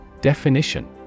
Definition